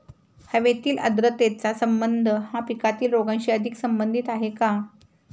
हवेतील आर्द्रतेचा संबंध हा पिकातील रोगांशी अधिक संबंधित आहे का?